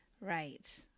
Right